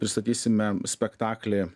pristatysime spektaklį